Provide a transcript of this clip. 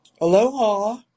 Aloha